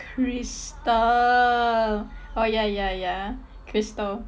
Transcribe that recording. krystal oh ya ya ya krystal